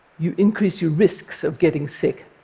you increase your risks of getting sick.